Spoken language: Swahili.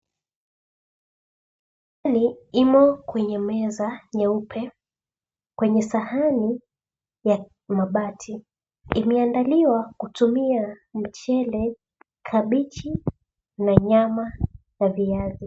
Sahani imo kwenye meza nyeupe. Kwenye sahani ya mabati imeandaliwa kutumia mchele, kabichi na nyama na viazi.